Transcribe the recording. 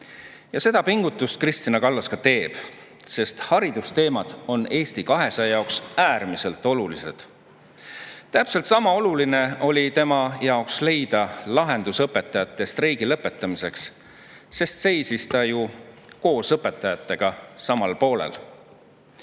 ja seda pingutust Kristina Kallas ka teeb, sest haridusteemad on Eesti 200 jaoks äärmiselt olulised. Täpselt sama oluline oli tema jaoks leida lahendus õpetajate streigi lõpetamiseks, seisis ta ju õpetajatega samal poolel.